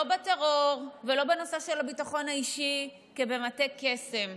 לא בטרור ולא בנושא הביטחון האישי כבמטה קסם.